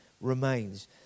remains